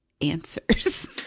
answers